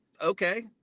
Okay